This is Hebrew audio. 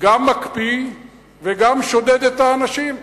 גם מקפיא וגם שודד את האנשים.